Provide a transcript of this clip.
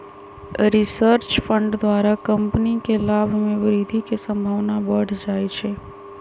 research fund द्वारा company के लाभ में वृद्धि के संभावना बढ़ जाइ छइ